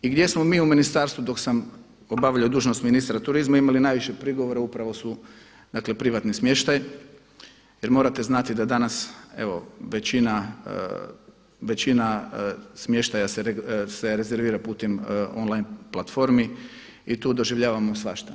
I gdje smo mi u ministarstvu dok sam obavljao dužnost ministra turizma imali najviše prigovora upravo su privatni smještaji jer morate znati da danas evo većina smještaja se rezervira putem online platformi i tu doživljavamo svašta.